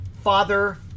Father